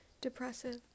depressive